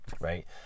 right